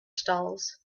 stalls